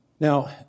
Now